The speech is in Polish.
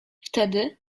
wtedy